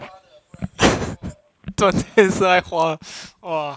赚钱是来花 !wah!